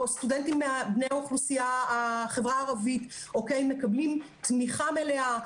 הסטודנטים בני החברה הערבית מקבלים תמיכה מלאה.